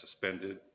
suspended